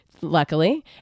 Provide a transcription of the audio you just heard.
luckily